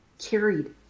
carried